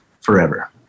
forever